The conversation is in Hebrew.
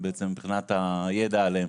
מבחינת הידע עליהם,